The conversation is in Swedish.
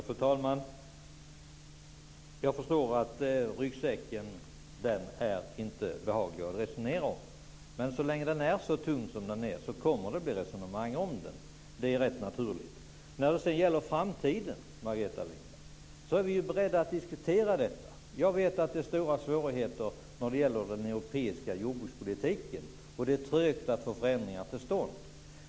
Fru talman! Jag förstår att ryggsäcken inte är behaglig att resonera om. Men så länge som den är så tung som den är, kommer det att bli resonemang om den. Det är rätt naturligt. När det sedan gäller framtiden, Margareta Winberg, är vi beredd att diskutera. Jag vet att det är stora svårigheter när det gäller den europeiska jordbrukspolitiken och att det är trögt att få förändringar till stånd.